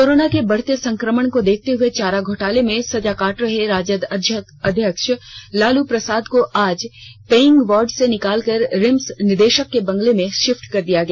corona के बढ़ते संक्रमण को देखते हुए चारा घोटाले में सजा काट रहे राजद अध्यक्ष लालू प्रसाद को आज पेइंग वार्ड से निकालकर रिम्स निदेशक के बंगले में शिफ्ट कर दिया गया